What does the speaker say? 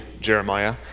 Jeremiah